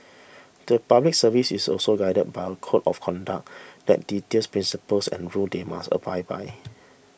the Public Service is also guided by a code of conduct that details principles and rules they must abide by